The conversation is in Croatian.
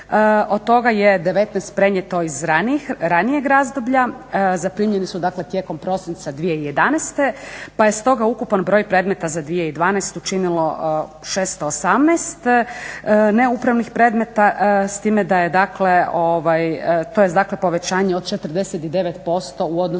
od toga je 19 prenijeto iz ranijeg razdoblja, zaprimljeni su dakle tijekom prosinca 2011. pa je stoga ukupan broj predmeta za 2012. činilo 618 neupravnih predmeta s time da je to povećanje od 49% u odnosu